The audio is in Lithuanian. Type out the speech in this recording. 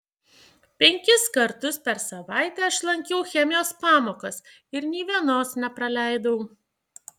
penkis kartus per savaitę aš lankiau chemijos pamokas ir nė vienos nepraleidau